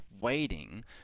waiting